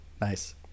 nice